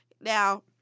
Now